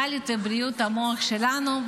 על הבריאות המנטלית ובריאות המוח שלנו.